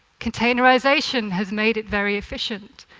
containerization has made it very efficient.